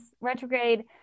retrograde